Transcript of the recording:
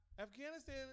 Afghanistan